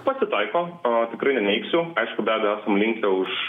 pasitaiko tikrai neneigsiu aišku be abejo esam linkę už